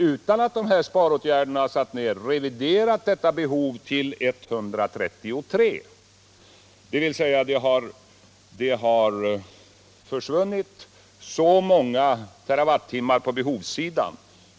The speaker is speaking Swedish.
Utan att behöva räkna med särskilda sparåtgärder har man satt ned detta behov till 133 terawattimmar, dvs. skillnaden i terawattimmar har försvunnit på behovssidan.